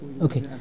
Okay